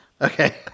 Okay